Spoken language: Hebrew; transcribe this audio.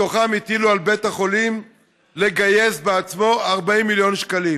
ומתוכם הטילו על בית החולים לגייס בעצמו 40 מיליון שקלים.